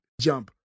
jump